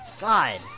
God